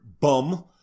Bum